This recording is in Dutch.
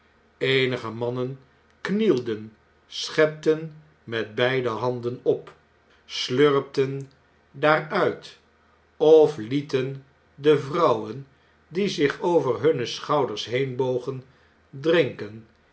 eenige mannen knielden schepten met beide handen op slurpten daaruit of lieten de vrouwen die zich over hunne schouders heenbogen drinken